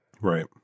Right